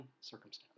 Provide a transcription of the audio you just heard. circumstance